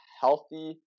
healthy